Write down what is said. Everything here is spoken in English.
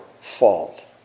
fault